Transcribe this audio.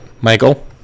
Michael